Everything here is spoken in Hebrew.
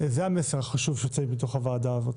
זה המסר החשוב שיוצא מתוך הוועדה הזאת,